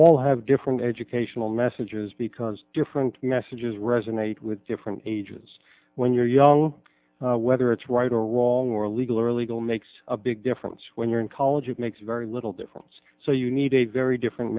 all have different educational messages because different messages resonate with different ages when you're young whether it's right or wrong or legal or illegal makes a big difference when you're in college it makes very little difference so you need a very different